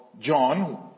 John